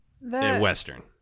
Western